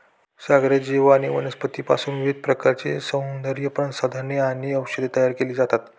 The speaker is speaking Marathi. सागरी जीव आणि वनस्पतींपासूनही विविध प्रकारची सौंदर्यप्रसाधने आणि औषधे तयार केली जातात